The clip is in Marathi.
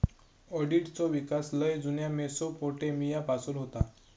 ऑडिटचो विकास लय जुन्या मेसोपोटेमिया पासून होता